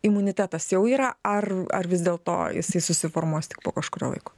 imunitetas jau yra ar ar vis dėlto jisai susiformuos tik po kažkurio laiko